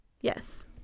Yes